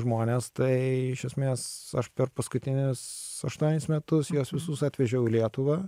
žmones tai iš esmės aš per paskutinis aštuonis metus juos visus atvežiau į lietuvą